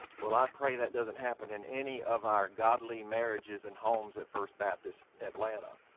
well i pray that doesn't happen in any of our godly marriages and homes at first baptist, atlanta.